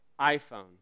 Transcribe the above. iPhone